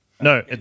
No